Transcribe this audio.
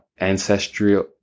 ancestral